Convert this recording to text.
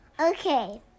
Okay